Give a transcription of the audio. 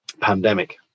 pandemic